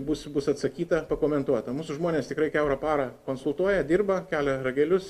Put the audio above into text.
bus bus atsakyta pakomentuota mūsų žmonės tikrai kiaurą parą konsultuoja dirba kelia ragelius